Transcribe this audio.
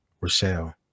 Rochelle